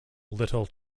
little